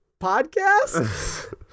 podcast